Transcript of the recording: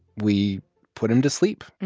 we put him to sleep.